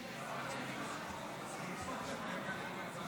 כללים לעניין שיעורי ריבית ללקוחות),